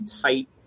tight